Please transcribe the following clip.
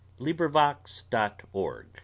LibriVox.org